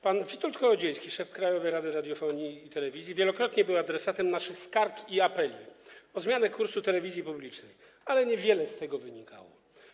Pan Witold Kołodziejski, szef Krajowej Rady Radiofonii i Telewizji, wielokrotnie był adresatem naszych skarg i apeli o zmianę kursu telewizji publicznej, ale niewiele z tego wynikało.